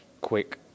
quick